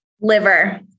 Liver